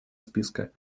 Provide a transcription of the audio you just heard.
списка